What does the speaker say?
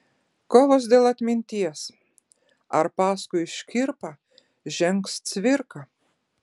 kovos dėl atminties ar paskui škirpą žengs cvirka